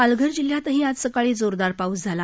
पालघर जिल्ह्यातही आज सकाळी जोरदार पाऊस झाला